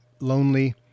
lonely